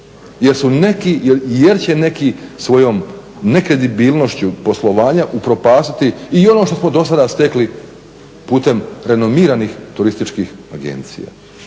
jer će neki svojom neke debilnošću poslovanja upropastiti i ono što smo dosada stekli putem renomiranih turističkih agencija.